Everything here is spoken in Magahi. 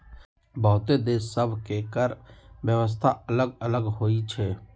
बहुते देश सभ के कर व्यवस्था अल्लग अल्लग होई छै